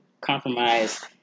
compromise